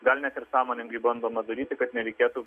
gal net ir sąmoningai bandoma daryti kad nereikėtų